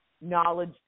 knowledge